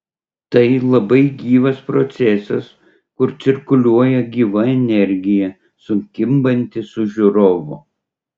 tai labai gyvas procesas kur cirkuliuoja gyva energija sukimbanti su žiūrovu